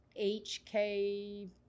hk